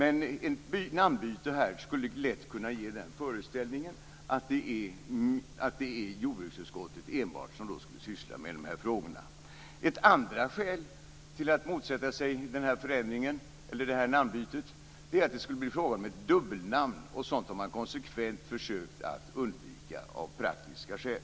Ett namnbyte skulle lätt kunna ge föreställningen att det enbart är jordbruksutskottet som skulle syssla med de här frågorna. Ett andra skäl till att motsätta sig namnbytet är att det skulle bli fråga om ett dubbelnamn. Sådana har man konsekvent försökt att undvika av praktiska skäl.